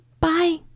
bye